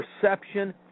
perception